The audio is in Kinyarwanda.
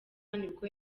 nibwo